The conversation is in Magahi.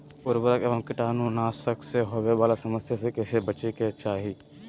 उर्वरक एवं कीटाणु नाशक से होवे वाला समस्या से कैसै बची के चाहि?